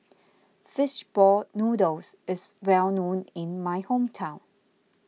Fish Ball Noodles is well known in my hometown